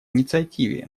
инициативе